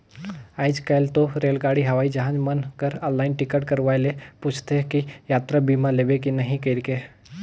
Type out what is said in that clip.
आयज कायल तो रेलगाड़ी हवई जहाज मन कर आनलाईन टिकट करवाये ले पूंछते कि यातरा बीमा लेबे की नही कइरके